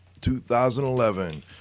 2011